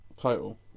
Total